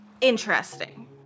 interesting